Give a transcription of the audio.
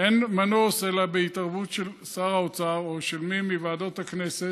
אין מנוס אלא בהתערבות של שר האוצר או של מי מוועדות הכנסת,